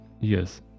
Yes